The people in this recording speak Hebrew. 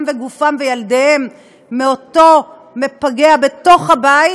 וגופן וילדיהן מאותו מפגע בתוך הבית,